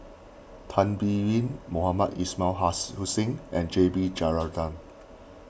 Tan Biyun Mohamed Ismail Hussain and J B Jeyaretnam